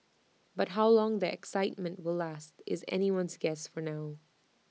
but how long the excitement will last is anyone's guess for now